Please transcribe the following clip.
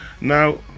Now